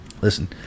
Listen